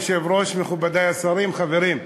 אדוני היושב-ראש, מכובדי השרים, חברים,